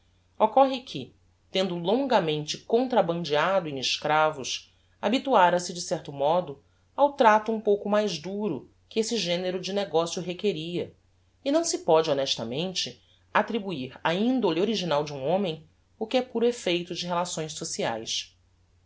occorre que tendo longamente contrabandeado em escravos habituara-se de certo modo ao trato um pouco mais duro que esse genero de negocio requeria e não se póde honestamente attribuir á indole original de um homem o que é puro effeito de relações sociaes